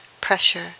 pressure